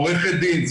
עורכת דין,